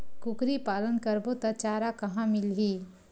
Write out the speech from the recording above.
कुकरी पालन करबो त चारा कहां मिलही?